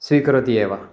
स्वीकरोति एव